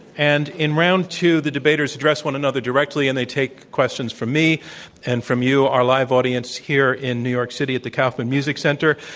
and, in round the debaters address one another directly and they take questions from me and from you, our live audience, here in new york city at the kauffman music center.